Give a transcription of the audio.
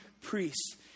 priests